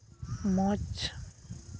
ᱢᱚᱡᱽ